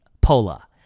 pola